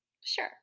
Sure